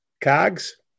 Cogs